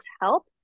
help